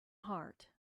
heart